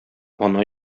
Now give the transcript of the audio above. ана